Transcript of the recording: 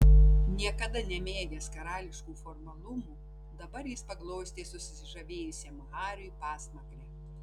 niekada nemėgęs karališkų formalumų dabar jis paglostė susižavėjusiam hariui pasmakrę